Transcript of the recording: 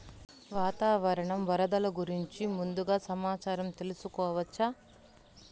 వాతావరణం వరదలు గురించి ముందుగా సమాచారం తెలుసుకోవచ్చా?